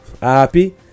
Happy